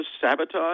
sabotage